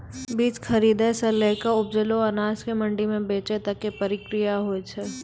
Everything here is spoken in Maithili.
बीज खरीदै सॅ लैक उपजलो अनाज कॅ मंडी म बेचै तक के प्रक्रिया हौय छै